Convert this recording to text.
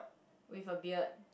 with a beard